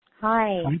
Hi